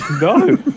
No